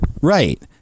right